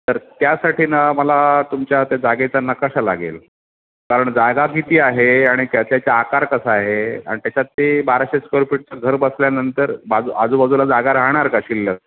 तर त्यासाठी ना मला तुमच्या त्या जागेचं नकाशा लागेल कारण जागा किती आहे आणि त्या त्याचा आकार कसा आहे आणि त्याच्यात ते बाराशे स्क्वेअर फीटचं घर बसल्यानंतर बाजू आजूबाजूला जागा राहणार का शिल्लक